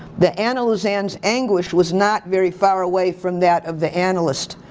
the analysand's anguish was not very far away from that of the analyst.